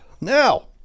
Now